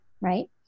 right